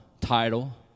title